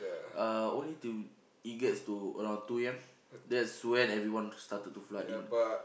uh only to it gets to around two A_M that's when everyone started to flood in